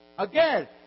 Again